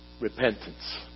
Repentance